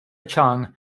chung